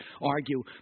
argue